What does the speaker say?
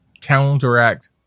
counteract